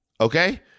okay